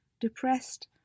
depressed